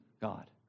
God